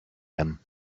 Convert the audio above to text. them